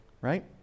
right